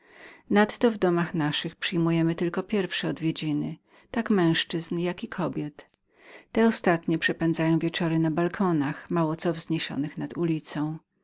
nadto w domach naszych przyjmujemy tylko pierwsze odwiedziny tak męzczyzn jako i kobiet ale natomiast wszyscy przepędzają wieczory na balkonach mało co wzniesionych nad ulicą